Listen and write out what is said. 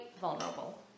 vulnerable